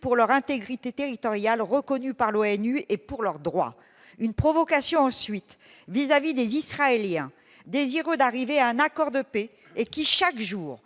pour leur intégrité territoriale reconnu par l'ONU et pour leur droit une provocation ensuite vis-à-vis des Israéliens, désireux d'arriver à un accord de paix et qui, chaque jour,